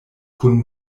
kun